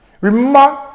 Remember